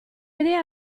idea